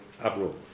abroad